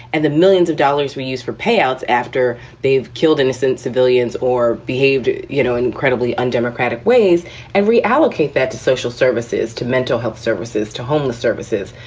and the millions of dollars we use for payouts after they've killed innocent civilians or behaved, you know, incredibly undemocratic ways and reallocate that to social services, to mental health services, to homeless services,